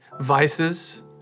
vices